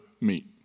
meet